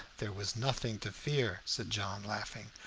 there was nothing to fear, said john, laughing.